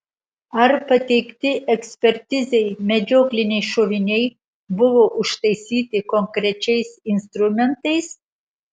ar pateikti ekspertizei medžiokliniai šoviniai buvo užtaisyti konkrečiais instrumentais